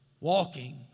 walking